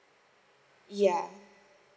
yeah